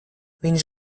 viņš